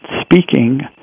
speaking